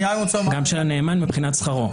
גם של הנאמן מבחינת שכרו.